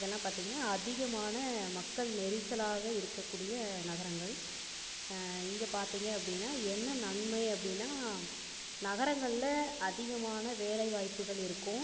இதெல்லாம் பார்த்தீங்கனா அதிகமான மக்கள் நெரிசலாக இருக்கக்கூடிய நகரங்கள் இங்கே பார்த்தீங்க அப்படின்னா என்ன நன்மை அப்படின்னா நகரங்களில் அதிகமான வேலை வாய்ப்புகள் இருக்கும்